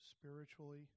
spiritually